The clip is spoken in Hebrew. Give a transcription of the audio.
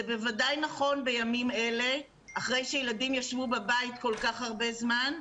זה בוודאי נכון בימים אלה אחרי שילדים ישבו בבית כל כך הרבה זמן,